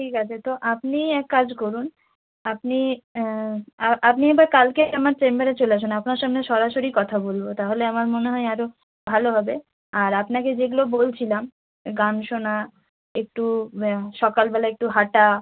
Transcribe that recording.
ঠিক আছে তো আপনি এক কাজ করুন আপনি আপনি একবার কালকে আমার চেম্বারে চলে আসুন আপনার সঙ্গে সরাসরি কথা বলব তাহলে আমার মনে হয় আরও ভালো হবে আর আপনাকে যেগুলো বলছিলাম গান শোনা একটু সকালবেলা একটু হাঁটা